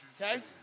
Okay